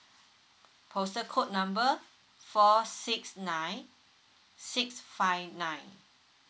postal code number four six nine six five nine